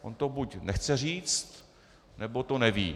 On to buď nechce říct, nebo to neví.